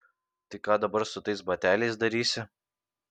tai ką dabar su tais bateliais darysi